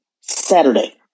Saturday